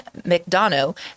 McDonough